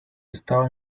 estaban